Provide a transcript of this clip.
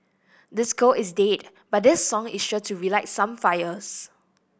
disco is dead but this song is sure to relight some fires